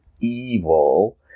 evil